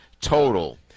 total